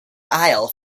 isle